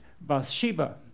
Bathsheba